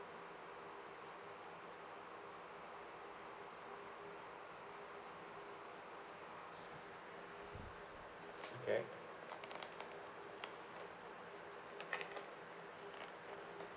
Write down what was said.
okay